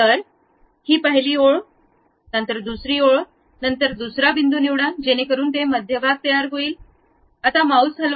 तर पहिली ओळ दुसरी ओळ दुसरा बिंदू निवडा जेणेकरून ते मध्यभागी तयार होईल आता माउस हलवा